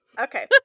Okay